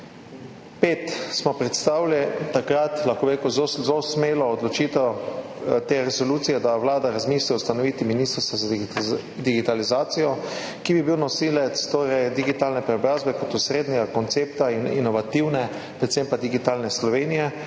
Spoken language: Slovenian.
5 smo predstavili takrat, lahko bi rekel, zelo smelo odločitev te resolucije, da vlada razmisli o ustanoviti Ministrstvo za digitalizacijo, ki bi bil nosilec digitalne preobrazbe kot osrednjega koncepta in inovativne, predvsem pa digitalne Slovenije.